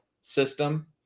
system